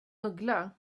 uggla